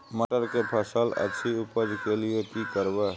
मटर के फसल अछि उपज के लिये की करबै?